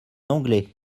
anglais